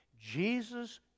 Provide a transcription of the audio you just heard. Jesus